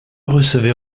recevez